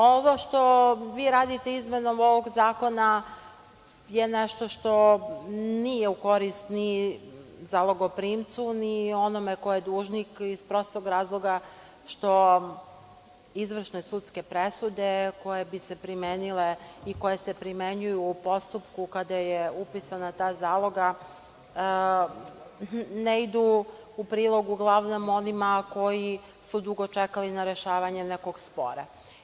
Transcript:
Ovo što vi radite izmenom ovog zakona je nešto što nije u korist ni zalogoprimcu, ni onome ko je dužnik, iz prostog razloga što izvršne sudske presude koje bi se primenile i koje se primenjuju u postupku kada je upisana ta zaloga, ne idu u prilog, uglavnom, onima koji su dugo čekali na rešavanje nekog spora.